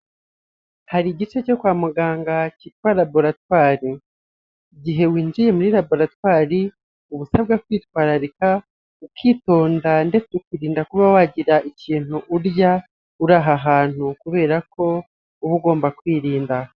Hari igice cyo kwa muganga cyitwa laboratwari, igihe winjiye muri laboratwairi uba usabwa kwitwararika, ukitonda ndetse ukurinda kuba wagira ikintu urya uri aha hantu, kubera ko uba ugomba kwirinda.